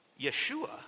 Yeshua